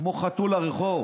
כמו חתול לרחוב.